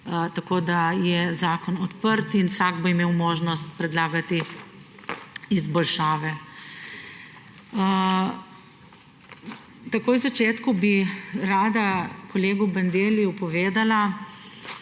tako da je zakon odprt in vsak bo imel možnost predlagati izboljšave. Takoj na začetku bi rada kolegu Bandelliju povedala,